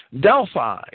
Delphi